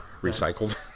Recycled